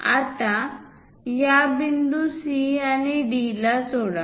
आता या बिंदू C आणि D ला जोडा